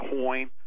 coin